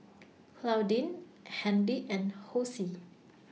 Claudine Handy and Hosie